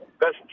Best